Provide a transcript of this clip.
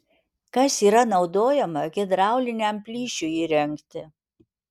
kas yra naudojama hidrauliniam plyšiui įrengti